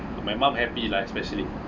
my mum happy lah especially